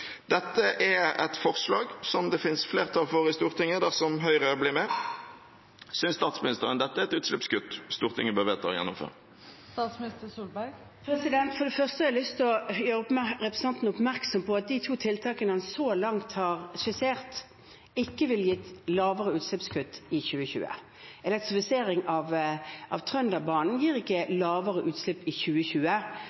Dette er et forslag som det finnes flertall for i Stortinget dersom Høyre blir med. Synes statsministeren dette er et utslippskutt Stortinget bør vedta å gjennomføre? For det første har jeg lyst til å gjøre representanten Lysbakken oppmerksom på at de to tiltakene han så langt har skissert, ikke ville gitt lavere utslipp i 2020. Elektrifisering av Trønderbanen gir ikke